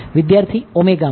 વિદ્યાર્થી માં